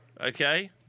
okay